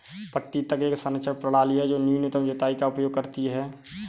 पट्टी तक एक संरक्षण प्रणाली है जो न्यूनतम जुताई का उपयोग करती है